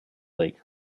lake